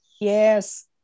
Yes